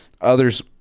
others